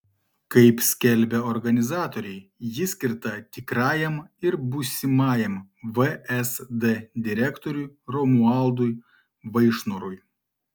kaip skelbia organizatoriai ji skirta tikrajam ir būsimajam vsd direktoriui romualdui vaišnorui